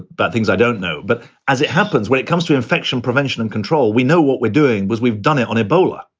but things i don't know. but as it happens when it comes to infection prevention and control, we know what we're doing. we've done it on ebola.